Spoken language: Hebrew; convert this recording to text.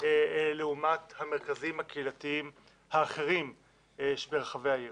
לעומת המרכזים הקהילתיים האחרים ברחבי העיר.